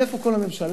ואיפה כל הממשלה?